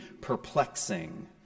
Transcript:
perplexing